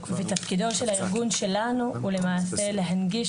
ותפקידו של הארגון שלנו הוא למעשה להנגיש